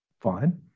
Fine